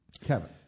Kevin